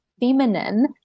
feminine